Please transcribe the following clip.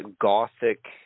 gothic